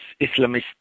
Islamist